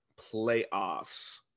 playoffs